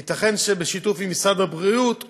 ייתכן שבשיתוף עם משרד הבריאות,